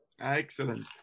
Excellent